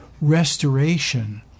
restoration